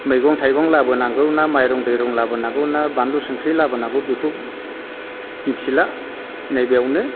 मैगं थाइगं लाबोनांगौ ना माइरं दैरं लाबोनांगौ ना बानलु संख्रि लाबोनांगौ बेफोरखौ मिथिला नैबेयावनो